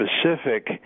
specific